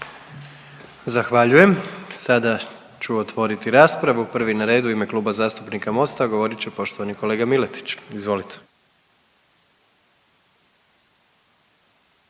Zahvaljujem. Sada ću otvoriti raspravu, prvi na redu u ime Kluba zastupnika Mosta govorit će poštovani kolega Miletić, izvolite.